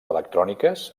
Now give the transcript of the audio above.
electròniques